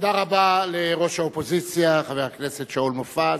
תודה רבה לראש האופוזיציה, חבר הכנסת שאול מופז.